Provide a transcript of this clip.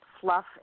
fluff